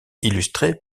illustré